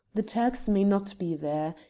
the turks may not be there.